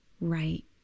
right